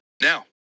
now